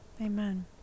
Amen